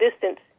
distance